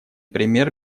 пример